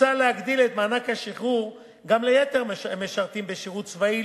מוצע להגדיל את מענק השחרור גם ליתר המשרתים בשירות צבאי,